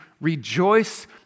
Rejoice